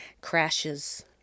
crashes